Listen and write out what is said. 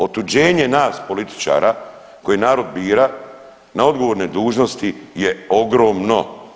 Otuđenje nas političara koje narod bira na odgovorne dužnosti je ogromno.